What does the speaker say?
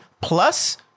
Plus